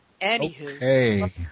Anywho